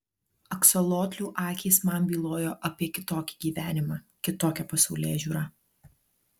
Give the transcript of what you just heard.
aksolotlių akys man bylojo apie kitokį gyvenimą kitokią pasaulėžiūrą